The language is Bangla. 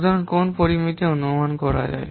সুতরাং কোন পরামিতি অনুমান করা যায়